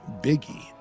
Biggie